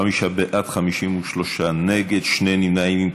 35 בעד, 53 נגד, שני נמנעים.